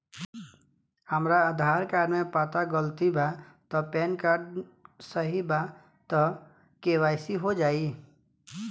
हमरा आधार कार्ड मे पता गलती बा त पैन कार्ड सही बा त के.वाइ.सी हो जायी?